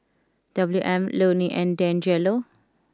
W M Lonie and Deangelo